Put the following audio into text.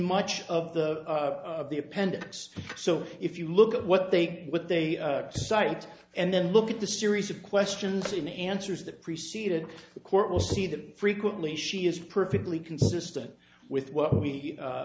much of the of the appendix so if you look at what they what they cite and then look at the series of questions in answers that preceded the court will see them frequently she is perfectly consistent with what we a